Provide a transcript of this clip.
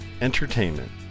Entertainment